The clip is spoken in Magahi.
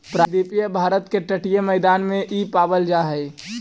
प्रायद्वीपीय भारत के तटीय मैदान में इ पावल जा हई